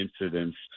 incidents